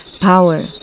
power